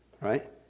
Right